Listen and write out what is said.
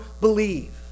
believe